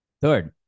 Third